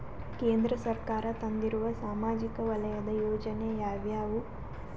ಕೇಂದ್ರ ಸರ್ಕಾರ ತಂದಿರುವ ಸಾಮಾಜಿಕ ವಲಯದ ಯೋಜನೆ ಯಾವ್ಯಾವು?